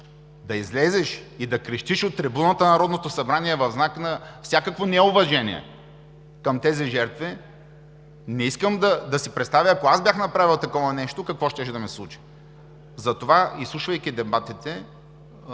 да излезеш и да крещиш от трибуната на Народното събрание в знак на всякакво неуважение към тези жертви – не искам да си представя, ако бях направил такова нещо, какво щеше да ми се случи. Затова, изслушвайки дебатите,